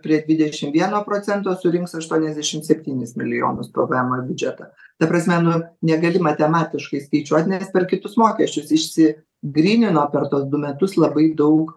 prie dvidešim vieno procento surinks aštuoniasdešim septynis milijonus pvemo į biudžetą ta prasme nu negali matematiškai skaičiuot nes per kitus mokesčius išsi grynino per tuos du metus labai daug